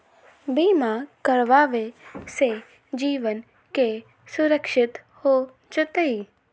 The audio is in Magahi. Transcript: बीमा करावे से जीवन के सुरक्षित हो जतई?